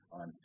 on